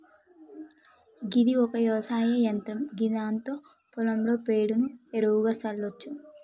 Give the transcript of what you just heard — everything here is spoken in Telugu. గిది ఒక వ్యవసాయ యంత్రం గిదాంతో పొలంలో పేడను ఎరువుగా సల్లచ్చు